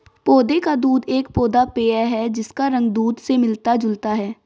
पौधे का दूध एक पौधा पेय है जिसका रंग दूध से मिलता जुलता है